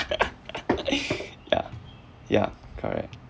ya ya correct